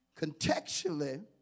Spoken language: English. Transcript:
contextually